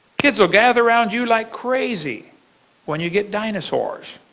kids will gather around you like crazy when you get dinosaurs.